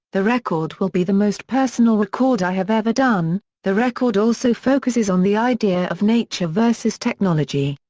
the record will be the most personal record i have ever done, the record also focuses on the idea of nature versus technology,